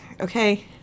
okay